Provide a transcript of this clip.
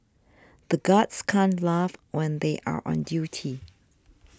the guards can't laugh when they are on duty